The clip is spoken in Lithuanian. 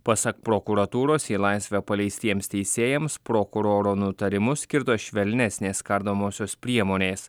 pasak prokuratūros į laisvę paleistiems teisėjams prokuroro nutarimu skirtos švelnesnės kardomosios priemonės